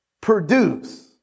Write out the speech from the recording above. Produce